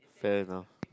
fair enough